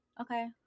okay